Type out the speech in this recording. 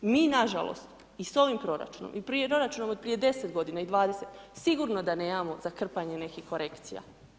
Mi nažalost i sa prvim proračunom i proračunom od prije 10 g. i 20, sigurno da nemamo za krpanje nekih korekcija.